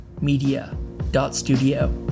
media.studio